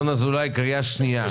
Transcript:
יש כאן שינוי משמעותי של התפיסה,